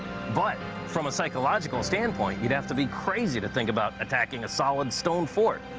but from a psychological standpoint you'd have to be crazy to think about attacking a solid stone fort.